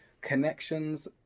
Connections